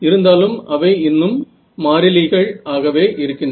இருந்தாலும் அவை இன்னும் மாறிலிகள் ஆகவே இருக்கின்றன